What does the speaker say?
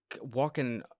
walking